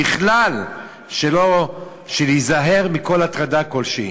בכלל שניזהר מכל הטרדה כלשהי.